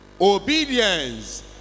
Obedience